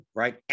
right